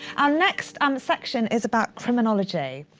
our next um section is about criminology.